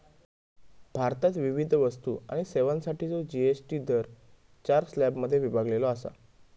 भारतात विविध वस्तू आणि सेवांसाठीचो जी.एस.टी दर चार स्लॅबमध्ये विभागलेलो असा